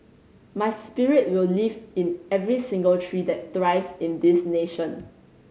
my spirit will live in every single tree that thrives in this nation